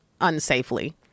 unsafely